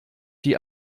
die